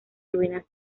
ruinas